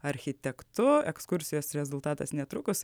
architektu ekskursijos rezultatas netrukus